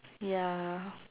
ya